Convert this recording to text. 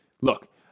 Look